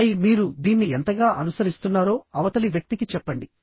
ఆపై మీరు దీన్ని ఎంతగా అనుసరిస్తున్నారో అవతలి వ్యక్తికి చెప్పండి